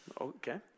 Okay